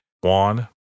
Juan